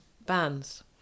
bands